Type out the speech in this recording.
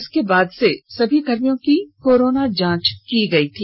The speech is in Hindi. इसके बाद से सभी कर्मियों की कोरोना जांच की गई थी